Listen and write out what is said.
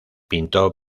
pintó